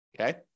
okay